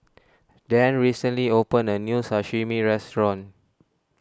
Dann recently opened a new Sashimi restaurant